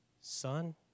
Son